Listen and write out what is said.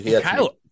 Kyle